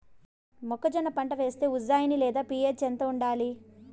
మొక్కజొన్న పంట వేస్తే ఉజ్జయని లేదా పి.హెచ్ ఎంత ఉండాలి?